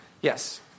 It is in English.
Yes